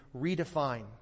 redefine